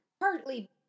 partly